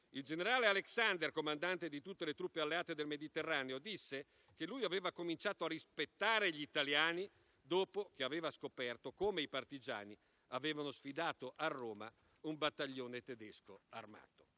Il generale Alexander, comandante di tutte le truppe alleate del Mediterraneo, disse che aveva cominciato a rispettare gli italiani dopo che aveva scoperto come i partigiani avevano sfidato a Roma un battaglione tedesco armato.